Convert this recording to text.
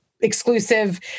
exclusive